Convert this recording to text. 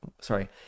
sorry